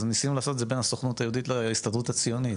אז ניסינו לעשות את זה בין הסוכנות היהודית להסתדרות הציונית,